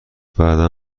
بعدا